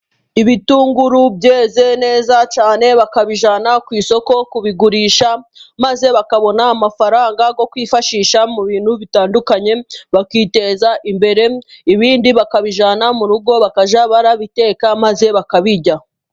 Ibitunguru byeze neza cyane, bakabijyana ku isoko kubigurisha, maze bakabona amafaranga yo kwifashisha mu bintu bitandukanye bakiteza imbere, ibindi bakabijyana mu rugo, bakajya babiteka maze bakabirya.